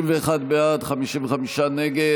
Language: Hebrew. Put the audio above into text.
61 בעד, 55 נגד.